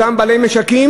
אותם בעלי משקים,